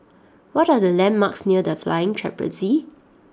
what are the landmarks near The Flying Trapeze